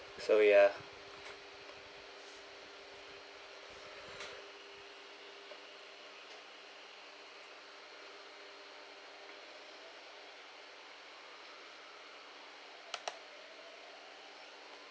so yeah